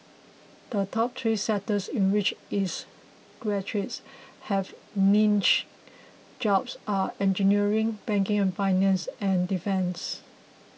the top three sectors in which its graduates have clinched jobs are engineering banking and finance and defence